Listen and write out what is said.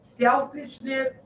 selfishness